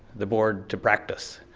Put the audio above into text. the board, to practice.